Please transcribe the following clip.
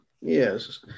Yes